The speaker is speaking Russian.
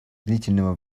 длительного